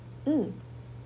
mm